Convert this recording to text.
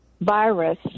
virus